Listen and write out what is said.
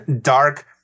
dark